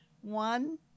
one